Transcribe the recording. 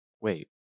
wait